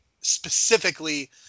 specifically